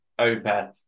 opeth